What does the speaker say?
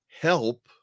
help